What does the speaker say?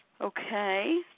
Okay